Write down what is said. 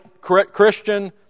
Christian